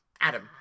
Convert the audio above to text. Adam